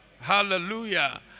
Hallelujah